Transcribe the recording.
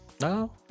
No